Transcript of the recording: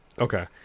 okay